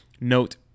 Note